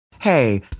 Hey